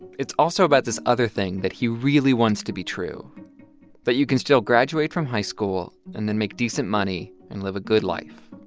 it's also about this other thing that he really wants to be true that you can still graduate from high school and then make decent money and live a good life.